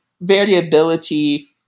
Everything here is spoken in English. Variability